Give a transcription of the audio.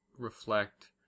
Reflect